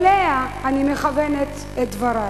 שאליה אני מכוונת את דברי: